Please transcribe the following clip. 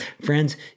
Friends